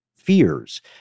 fears